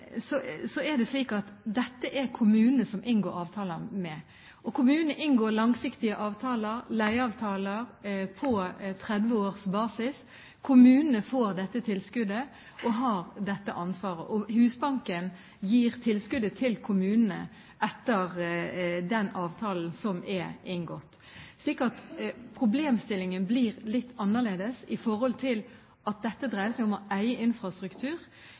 slik at det er kommunene som inngår avtaler, og kommunene inngår langsiktige avtaler, leieavtaler på 30 års basis. Kommunene får tilskuddet og har dette ansvaret, og Husbanken gir tilskuddet til kommunene etter den avtalen som er inngått. Så problemstillingen blir litt annerledes i forhold til at dette dreier seg om å eie infrastruktur.